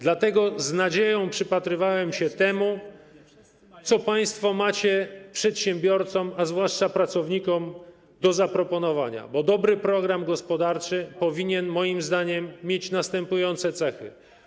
Dlatego z nadzieją przypatrywałem się temu, co państwo macie przedsiębiorcom, a zwłaszcza pracownikom do zaproponowania, bo dobry program gospodarczy powinien moim zdaniem mieć następujące cechy.